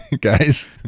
guys